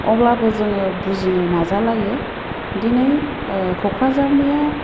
अब्लाबो जोङो बुजिनो नाजालाइयो दिनै क'क्राझारनिया